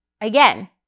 Again